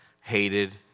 hated